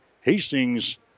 Hastings